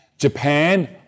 Japan